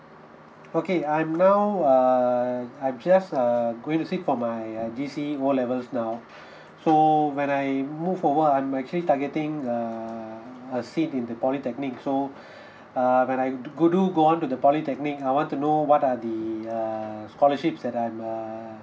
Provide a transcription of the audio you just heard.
okay I'm now err I just err going to sit for my err G_C_E O levels now so when I move forward I'm actually targeting err a seat in the polytechnic so err when I do go do go on to the polytechnic I want to know what are the uh scholarships that I'm uh